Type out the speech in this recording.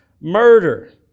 murder